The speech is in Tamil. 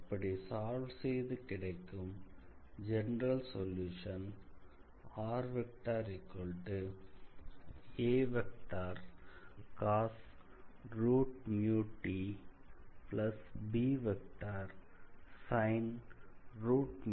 அப்படி சால்வ் செய்து கிடைக்கும் ஜெனரல் சொல்யூஷன் racostbsintஎன இருக்கும்